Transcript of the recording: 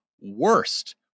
Worst